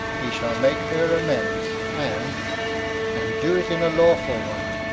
he shall make her amends and and do it in a lawful one.